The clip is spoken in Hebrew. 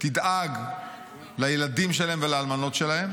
תדאג לילדים שלהם ולאלמנות שלהם,